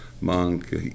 monk